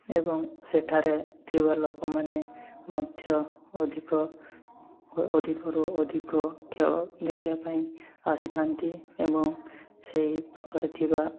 ଏବଂ ସେଠାରେ ଥିବା ଲୋକମାନେ ମଧ୍ୟ ଅଧିକ ଅଧିକରୁ ଅଧିକ ଖେଳ ଦେଖିବା ପାଇଁ ଆସିଥାନ୍ତି ଏବଂ ସେହି ପାଖରେ ଥିବା